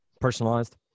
personalized